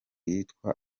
yitwa